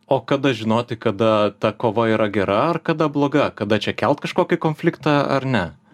o kada žinoti kada ta kova yra gera ar kada bloga kada čia kelt kažkokį konfliktą ar ne